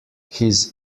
his